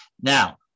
Now